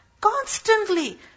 Constantly